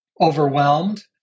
overwhelmed